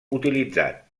utilitzat